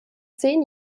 zehn